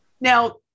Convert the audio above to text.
Now